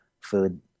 food